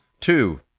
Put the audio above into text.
Two